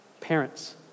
Parents